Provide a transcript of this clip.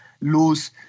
lose